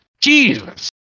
Jesus